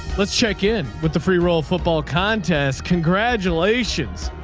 let's check in with the free roll football contest. congratulations.